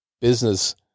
business